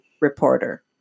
reporter